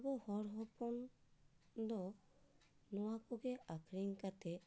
ᱟᱵᱚ ᱦᱚᱲ ᱦᱚᱯᱚᱱ ᱫᱚ ᱱᱚᱣᱟᱠᱚᱜᱮ ᱟᱹᱠᱷᱨᱤᱧ ᱠᱟᱛᱮ